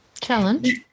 challenge